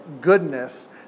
goodness